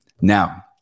Now